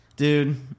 dude